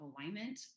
alignment